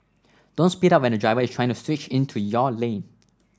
don't speed up when a driver is trying to switch into your lane